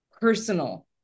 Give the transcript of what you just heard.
personal